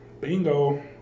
Bingo